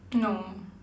no